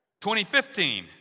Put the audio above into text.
2015